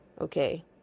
okay